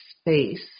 space